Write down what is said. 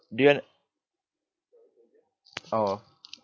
do you want oh